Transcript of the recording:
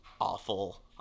awful